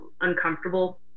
uncomfortable